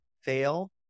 fail